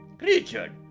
Richard